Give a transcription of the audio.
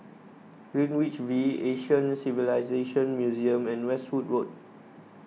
Greenwich V Asian Civilisations Museum and Westwood Road